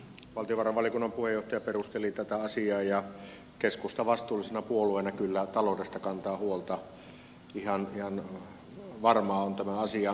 valtiovarainvaliokunnan puheenjohtaja perusteli tätä asiaa ja keskusta vastuullisena puolueena kyllä taloudesta kantaa huolta ihan varma on tämä asia